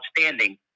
outstanding